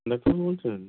ডাক্তারবাবু বলছেন